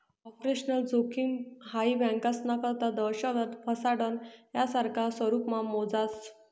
operational जोखिम हाई बँकास्ना करता दहशतवाद, फसाडणं, यासारखा स्वरुपमा मोजास